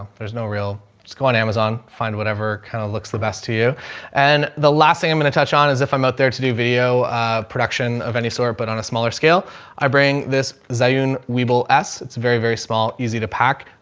there's no real, just go on amazon. find whatever kind of looks the best to you and the last thing i'm going to touch on is if i'm out there to do video production of any sort, but on a smaller scale i bring this zan, we will s it's very, very small, easy to pack.